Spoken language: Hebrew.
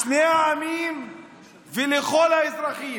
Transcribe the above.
לשני העמים ולכל האזרחים.